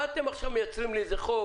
מה אתם עכשיו מייצרים לי איזה חוק